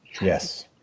Yes